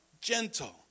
gentle